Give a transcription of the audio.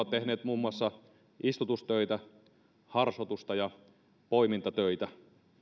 tehneet muun muassa istutustöitä harsotusta ja poimintatöitä